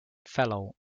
fellow